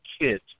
kids